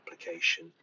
application